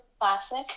classic